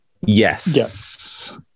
yes